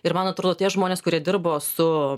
ir man atrodo tie žmonės kurie dirbo su